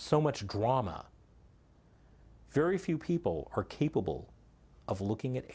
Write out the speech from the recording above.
so much drama very few people are capable of looking at